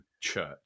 church